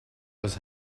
was